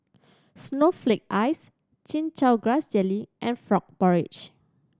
snowflake ice Chin Chow Grass Jelly and frog porridge